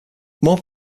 more